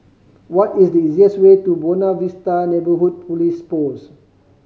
what is the easiest way to Buona Vista Neighbourhood Police Post